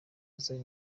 zari